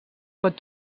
pot